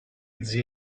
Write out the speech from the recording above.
zia